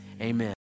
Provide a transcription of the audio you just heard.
amen